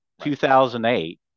2008